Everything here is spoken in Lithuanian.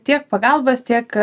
tiek pagalbos tiek